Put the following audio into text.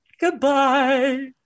Goodbye